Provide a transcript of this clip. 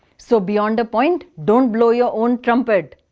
so beyond a point, don't blow your own trumpet.